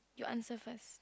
you answer first